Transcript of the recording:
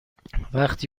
وقتی